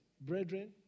brethren